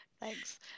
Thanks